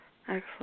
Excellent